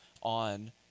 on